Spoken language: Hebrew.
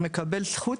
הוא מקבל זכות,